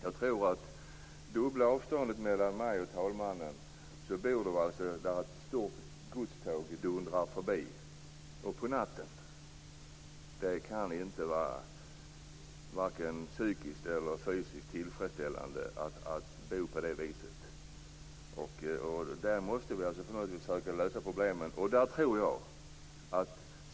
På det dubbla avståndet mellan där jag står här i kammaren och där talmannen sitter på podiet dundrar ett stort godståg förbi de boende - och det är på natten. Det kan inte vara vare sig psykiskt eller fysiskt tillfredsställande att bo så. Vi måste försöka lösa problemen.